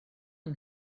yng